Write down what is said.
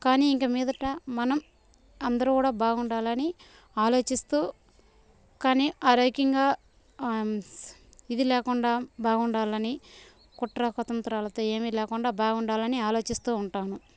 కానీ ఇంక మీదట మనం అందరూ కూడా బాగుండాలని ఆలోచిస్తూ కానీ ఆరోగ్యంగా ఇది లేకుండా బాగుండాలని కుట్ర కుతంత్రాలతో ఏమి లేకుండా బాగుండాలని ఆలోచిస్తూ ఉంటాను